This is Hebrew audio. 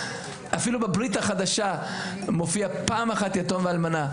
אפילו בברית החדשה מופיע פעם אחת יתום ואלמנה.